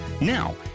Now